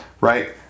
Right